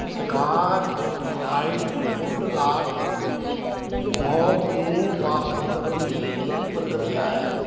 Scotch Brite ਫੁਟਲਾਕ mop ਨੂੰ ਵਾਪਸ ਕਰਨ ਦੀ ਕੀ ਪ੍ਰਕਿਰਿਆ ਹੈ